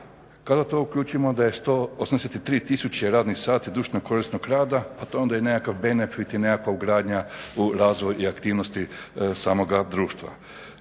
Kada u to uključimo da je 183 tisuće radnih sata društveno korisnog rada pa to je onda nekakav benefit i nekakva ugradnja u razvoj i aktivnosti samoga društva.